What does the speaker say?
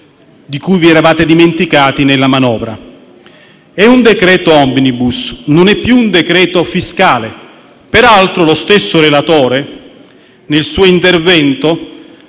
di cui vi eravate dimenticati nella manovra. È un decreto-legge *omnibus*, non è più un decreto fiscale. Peraltro lo stesso relatore, nel suo intervento,